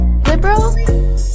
liberal